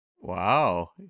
Wow